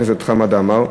חבר הכנסת חמד עמאר: